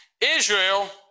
Israel